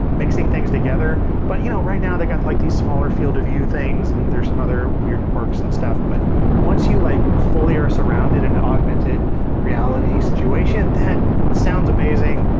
mixing things together. but you know right now, they got like these smaller field of view things and there's some other weird quirks and stuff. but once you like fully are surrounded in augmented reality situation, that sounds amazing.